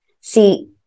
See